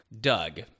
Doug